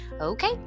okay